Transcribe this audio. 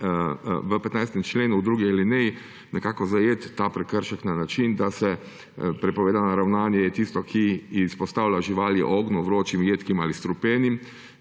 v 15. členu, v drugi alineji, nekako zajet ta prekršek na način, da prepovedano ravnanje je tisto, ki izpostavlja živali ognju, vročim, jedkim, strupenim